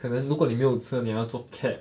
可能如果你没有车你还要坐 cab